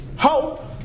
hope